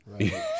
Right